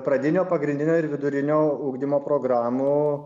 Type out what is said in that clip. pradinio pagrindinio ir vidurinio ugdymo programų